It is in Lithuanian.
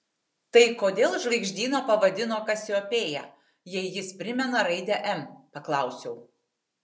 tai kodėl žvaigždyną pavadino kasiopėja jei jis primena raidę m paklausiau